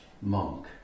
monk